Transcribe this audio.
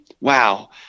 wow